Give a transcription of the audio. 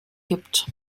gibt